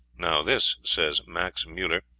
now this, says max muller,